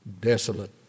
desolate